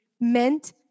meant